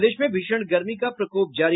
प्रदेश में भीषण गर्मी का प्रकोप जारी